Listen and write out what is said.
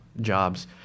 jobs